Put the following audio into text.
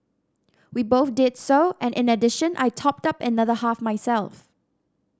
we both did so and in addition I topped up another half myself